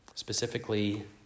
Specifically